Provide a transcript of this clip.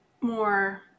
more